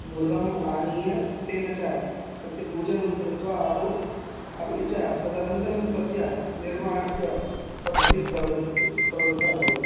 मृदम् आनीय तेन च तस्य पूजनं कृत्वा आदौ अपि च तदनन्तरं तस्य निर्माणस्य पद्धतिप्रवृत्त प्रवृत्ता भवति